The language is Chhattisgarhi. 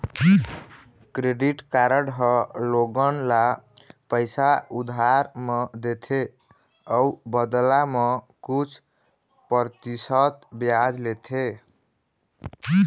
क्रेडिट कारड ह लोगन ल पइसा उधार म देथे अउ बदला म कुछ परतिसत बियाज लेथे